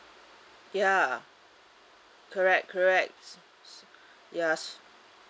ya correct correct yes